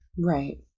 right